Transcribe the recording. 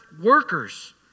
workers